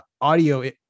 audio